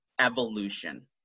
evolution